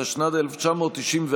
התשנ"ד 1994,